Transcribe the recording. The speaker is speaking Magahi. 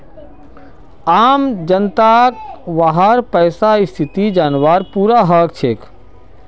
आम जनताक वहार पैसार स्थिति जनवार पूरा हक छेक